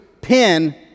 pen